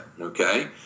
okay